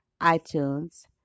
iTunes